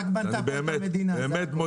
אני באמת מודה לכם.